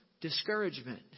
discouragement